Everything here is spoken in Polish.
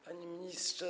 Panie Ministrze!